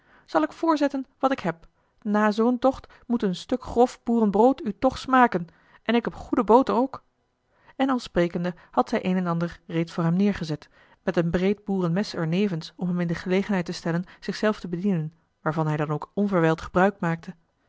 zal ik voorzetten wat ik heb nà zoo'n tocht moet een stuk grof boerenbrood u toch smaken en ik heb goede boter ook en al sprekende had zij een en ander reeds voor hem neêrgezet met een breed boerenmes er nevens om hem in de gelegenheid te stellen zich zelf te bedienen waarvan hij dan ook onverwijld gebruik maakte